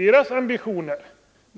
Gruppens ambitioner